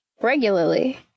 regularly